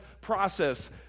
process